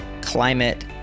climate